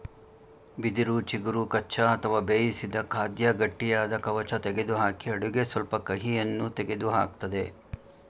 ಬಿದಿರು ಚಿಗುರು ಕಚ್ಚಾ ಅಥವಾ ಬೇಯಿಸಿದ ಖಾದ್ಯ ಗಟ್ಟಿಯಾದ ಕವಚ ತೆಗೆದುಹಾಕಿ ಅಡುಗೆ ಸ್ವಲ್ಪ ಕಹಿಯನ್ನು ತೆಗೆದುಹಾಕ್ತದೆ